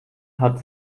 hat